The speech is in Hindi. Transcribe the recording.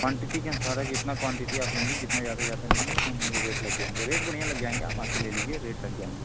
क्वान्टिटी के अनुसार है जितना क्वान्टिटी आप लेंगी जितना ज्यादा ज्यादा लेंगी उतना ही रेट लग जाएँगे रेट बढ़ियाँ लग जाएँगे आप आके ले लीजिए रेट लग जाएँगे